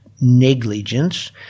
negligence